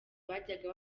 bajyaga